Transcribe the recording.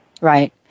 Right